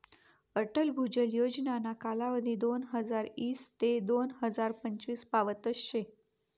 अटल भुजल योजनाना कालावधी दोनहजार ईस ते दोन हजार पंचवीस पावतच शे